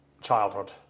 childhood